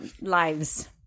lives